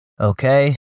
okay